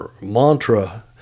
mantra